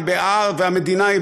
והמדינה,